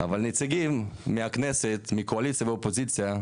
אבל נציגים מהכנסת, מקואליציה ואופוזיציה,